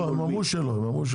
הם אמרו שלא.